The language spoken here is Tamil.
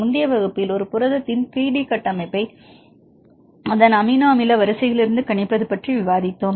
முந்தைய வகுப்பில் ஒரு புரதத்தின் 3D கட்டமைப்பை அதன் அமினோ அமில வரிசையிலிருந்து கணிப்பது பற்றி விவாதித்தோம்